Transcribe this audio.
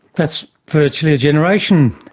that's virtually a generation.